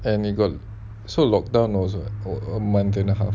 and we got so lockdown also [what] one month and a half